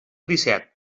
disset